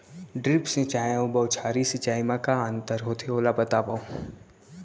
Drip सिंचाई अऊ बौछारी सिंचाई मा का अंतर होथे, ओला बतावव?